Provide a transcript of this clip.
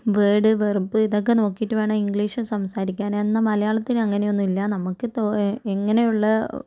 word verb ഇതൊക്കെ നോക്കീട്ട് വേണം ഇംഗ്ലീഷ് സംസാരിക്കാൻ എന്നാൽ മലയാളത്തിന് അങ്ങനെയൊന്നും ഇല്ല നമുക്ക് തോ എങ്ങനെയുള്ള